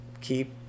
keep